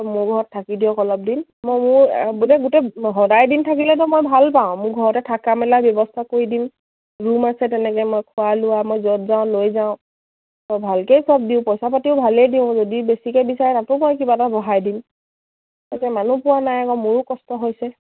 ত' মোৰ ঘৰত থাকি দিয়ক অলপ দিন মই মোৰ বোলো গোটেই সদায়দিন থাকিলেতো মই ভাল পাওঁ মোৰ ঘৰতে থকা মেলা ব্যৱস্থা কৰি দিম ৰুম আছে তেনেকৈ মই খোৱা লোৱা মই য'ত যাওঁ লৈ যাওঁ ত' ভালকৈ চব দিওঁ পইচা পাতিও ভালেই দিওঁ যদি বেছিকৈ বিচাৰে তাতো মই কিবা এটা বঢ়াই দিম তাকে মানুহ পোৱা নাই আকৌ মোৰো কষ্ট হৈছে